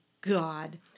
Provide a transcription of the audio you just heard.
God